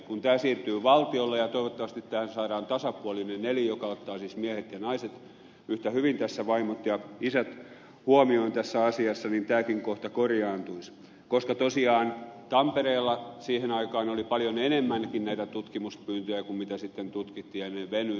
kun tämä siirtyy valtiolle toivottavasti tähän saadaan tasapuolinen elin joka ottaa siis miehet ja naiset vaimot ja isät yhtä hyvin huomioon tässä asiassa niin tämäkin kohta korjaantuisi koska tosiaan tampereella siihen aikaan oli paljon enemmänkin näitä tutkimuspyyntöjä kuin mitä sitten tutkittiin ja ne venyivät